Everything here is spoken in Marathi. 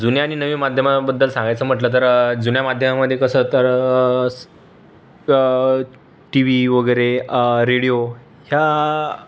जुन्या आणि नवे माध्यमांबद्दल सांगायचं म्हटलं तर जुन्या माध्यमांमध्ये कसं तर टी व्ही वगेैरे रेडिओ ह्या